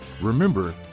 Remember